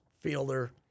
fielder